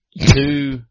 two